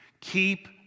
keep